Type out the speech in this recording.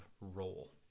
role